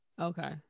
Okay